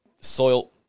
soil